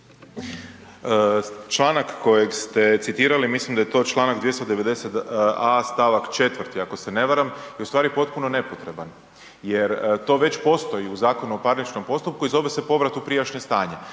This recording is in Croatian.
Članak kojeg ste citirali mislim da je to čl. 290 A stavak 4. ako se ne varam je ustvari potpuno nepotreban, jer to već postoji u Zakonu o parničnom postupku i zove se povrat u prijašnje stanje.